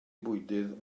bwydydd